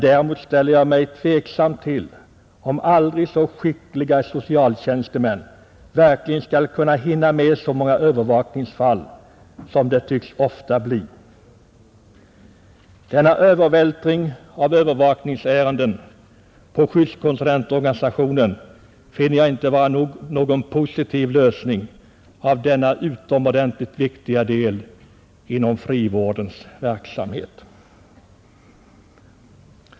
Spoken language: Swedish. Däremot ställer jag mig tveksam till om en aldrig så skicklig socialtjänsteman verkligen kan hinna med så många övervakningsfall som det ofta tycks bli. En sådan övervältring av övervakningsärenden på skyddskonsulentorganisationen finner jag inte vara någon positiv lösning av denna utomordentligt viktiga del av frivårdsverksamheten.